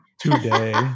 Today